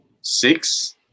six